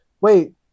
Wait